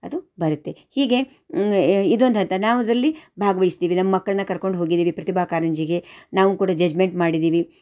ಅದು ಬರುತ್ತೆ ಹೀಗೇ ಇದೊಂದು ಹಂತ ನಾವು ಅದರಲ್ಲಿ ಭಾಗವಹಿಸ್ತೀವಿ ನಮ್ಮ ಮಕ್ಕಳನ್ನ ಕರ್ಕೊಂಡು ಹೋಗಿದ್ದೀವಿ ಪ್ರತಿಭಾ ಕಾರಂಜಿಗೆ ನಾವೂ ಕೂಡ ಜಡ್ಜ್ಮೆಂಟ್ ಮಾಡಿದ್ದೀವಿ